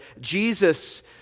Jesus